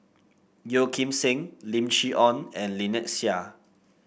Yeo Kim Seng Lim Chee Onn and Lynnette Seah